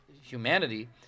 humanity